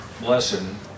lesson